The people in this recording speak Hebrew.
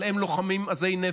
אבל הם לוחמים עזי נפש,